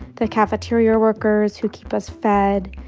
the cafeteria workers who keep us fed,